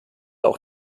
auch